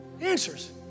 answers